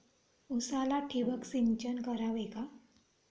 उसाला ठिबक सिंचन करावे का?